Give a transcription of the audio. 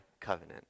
covenant